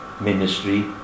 ministry